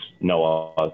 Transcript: Noah